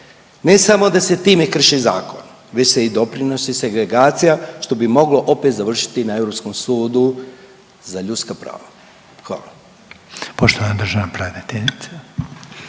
Ne samo da se time krši zakon već se i doprinosi segregacija što bi moglo opet završiti na Europskom sudu za ljudska prava. Hvala.